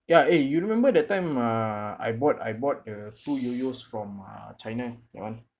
ya eh you remember that time uh I bought I bought a two yoyos from uh china that one